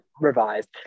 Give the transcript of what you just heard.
revised